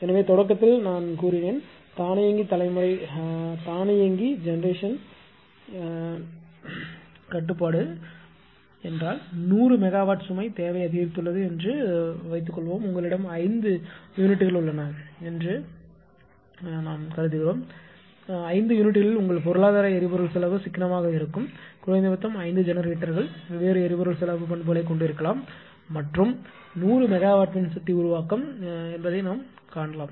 எனவே தொடக்கத்தில் நான் சொன்னேன் தானியங்கி தலைமுறை கட்டுப்பாடு என்றால் நூறு மெகாவாட் சுமை தேவை அதிகரித்துள்ளது என்று வைத்துக்கொள்வோம் உங்களிடம் 5 யூனிட்டுகள் உள்ளன என்று நீங்கள் நினைக்கிறீர்கள் 5 யூனிட்களில் உங்கள் பொருளாதார எரிபொருள் செலவு சிக்கனமாக இருக்கும் குறைந்தபட்சம் 5 ஜெனரேட்டர்கள் வெவ்வேறு எரிபொருள் செலவு பண்புகளைக் கொண்டிருக்கலாம் மற்றும் 100 மெகாவாட் மின்சக்தி உருவாக்கம் என்பதை நாம் காணலாம்